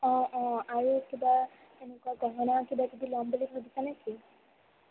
অঁ অঁ আৰু কিবা এনেকুৱা গহনা কিবাকিবি ল'ম বুলি ভাবিছা নেকি